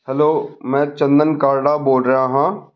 hello ਮੈਂ ਚੰਦਨ ਕਾਲੜਾ ਬੋਲ ਰਿਹਾ ਹਾਂ